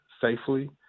safely